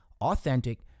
authentic